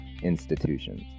institutions